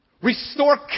Restore